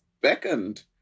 beckoned